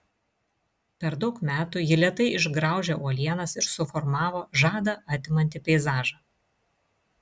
per daug metų ji lėtai išgraužė uolienas ir suformavo žadą atimantį peizažą